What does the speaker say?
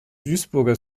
duisburger